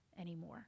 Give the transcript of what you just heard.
anymore